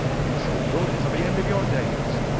you shall rue it to the end of your days.